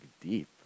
deep